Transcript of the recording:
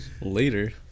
Later